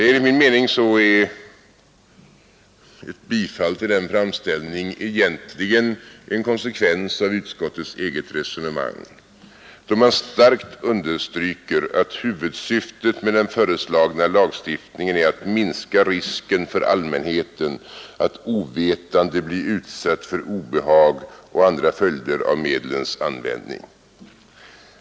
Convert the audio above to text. Enligt min mening är ett bifall till den framställningen egentligen bara en konsekvens av utskottets eget resonemang, eftersom utskottet så starkt understryker att huvudsyftet med den föreslagna lagstiftningen är att minska risken för allmänheten att ovetande bli utsatt för obehag och andra följder av medlens användning.